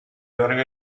wearing